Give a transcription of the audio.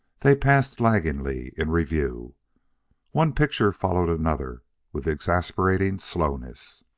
they passed laggingly in review one picture followed another with exasperating slowness.